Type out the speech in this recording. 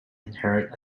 inherit